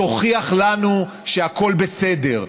תוכיח לנו שהכול בסדר,